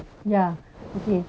ya okay